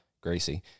Gracie